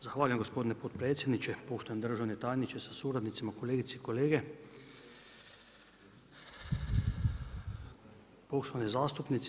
Zahvaljujem gospodine potpredsjedniče, poštovani državni tajniče sa suradnicima, kolegice i kolege, poštovani zastupnici.